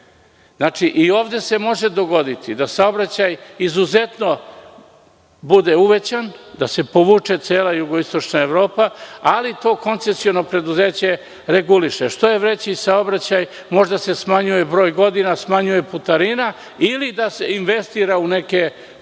Znači, i ovde se može dogoditi da saobraćaj izuzetno bude uvećan, da se povuče cela jugoistočna Evropa, ali koncesiono preduzeće to reguliše. Što je veći saobraćaj, može da se smanjuje broj godina, smanjuje putarina ili da se investira u neke nove